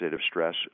stress